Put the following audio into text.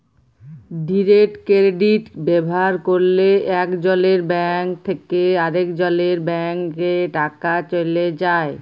direct credit ব্যাভার ক্যরলে একজলের ব্যাংক থ্যাকে আরেকজলের ব্যাংকে টাকা চ্যলে যায়